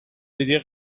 diria